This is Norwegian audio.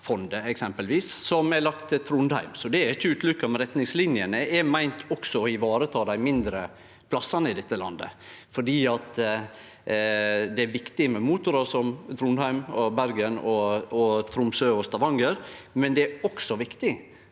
som er lagt til Trondheim. Så det er ikkje utelukka, men retningslinjene er meinte også å vareta dei mindre plassane i dette landet. Det er viktig med motorar som Trondheim, Bergen, Tromsø og Stavanger, men det er også viktig